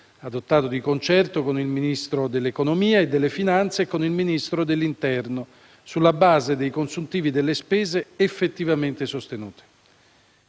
adottato di concerto con il Ministro dell'economia e delle finanze e con il Ministro dell'interno, sulla base dei consuntivi delle spese effettivamente sostenute.